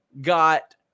got